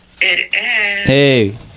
Hey